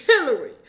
Hillary